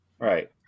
Right